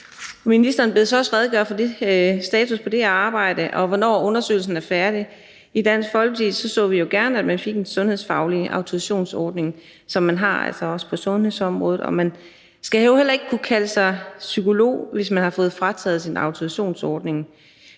Ministeren bedes også redegøre for status for det arbejde og for, hvornår undersøgelsen er færdig. I Dansk Folkeparti så vi gerne, at man fik en sundhedsfaglig autorisationsordning for psykologer, som man også har på sundhedsområdet. Man skal jo heller ikke kunne kalde sig psykolog, hvis man har fået frataget sin autorisation.